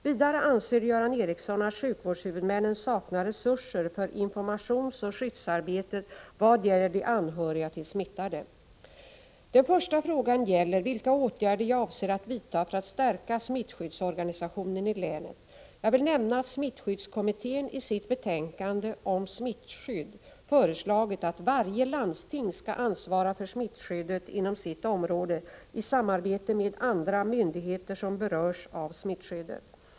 Vidare anser Göran Ericsson att sjukvårdshuvudmännen saknar resurser för informationsoch skyddsarbetet vad gäller de anhöriga till smittade. Den första frågan gäller vilka åtgärder jag avser att vidta för att stärka smittskyddsorganisationen i länet. Jag vill nämna att smittskyddskommittén i sitt betänkande Om smittskydd föreslagit att varje landsting skall ansvara för smittskyddet inom sitt område i samarbete med andra myndigheter som berörs av smittskyddet.